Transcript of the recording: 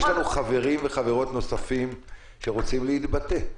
יש לנו חברים וחברות נוספים שרוצים להתבטא.